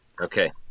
Okay